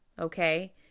okay